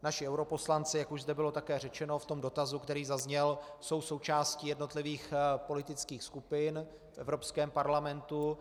Naši europoslanci, jak už zde bylo také řečeno v tom dotazu, který zazněl, jsou součástí jednotlivých politických skupin v Evropském parlamentu.